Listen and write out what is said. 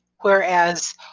whereas